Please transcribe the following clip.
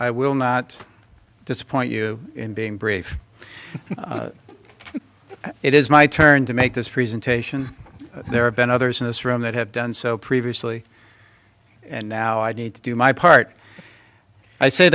i will not disappoint you in being brief it is my turn to make this presentation there have been others in this room that have done so previously and now i need to do my part i say